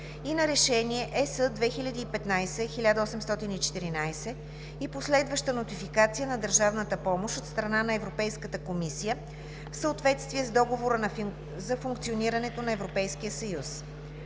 и на Решение (ЕС) 2015/1814 и последваща нотификация на държавната помощ от страна на Европейската комисия в съответствие с Договора за функционирането на Европейския съюз.